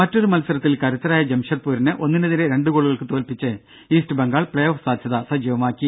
മറ്റൊരു മത്സരത്തിൽ കരുത്തരായ ജംഷഡ്പൂരിനെ ഒന്നിനെതിരെ രണ്ട് ഗോളുകൾക്ക് തോൽപ്പിച്ച് ഈസ്റ്റ് ബംഗാൾ പ്പേഓഫ് സാധ്യത സജീവമാക്കി